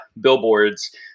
billboards